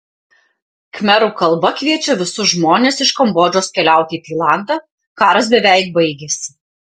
khmerų kalba kviečia visus žmones iš kambodžos keliauti į tailandą karas beveik baigėsi